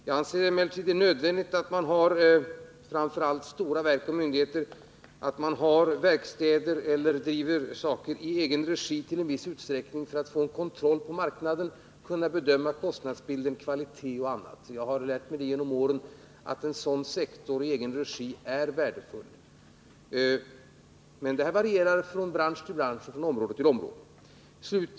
Jag anser det emellertid nödvändigt att framför allt stora verk och myndigheter har verkstäder där de kan driva vissa sektorer i egen regi för att få en kontroll på marknaden och kunna bedöma kostnadsbilden, kvaliteten och annat. Genom åren har jag lärt mig att en sådan sektor i egen regi är värdefull, men det varierar från bransch till bransch och från område till område.